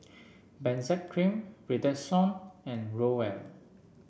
Benzac Cream Redoxon and Growell